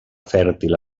fèrtil